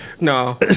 No